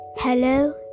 Hello